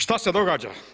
Šta se događa?